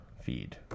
feed